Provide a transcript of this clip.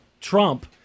Trump